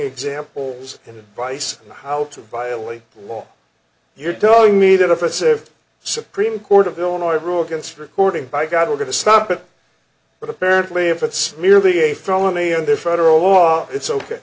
examples and advice on how to violate the law you're telling me that offensive supreme court of illinois rule against recording by god we're going to stop it but apparently if it's merely a felony under federal law it's ok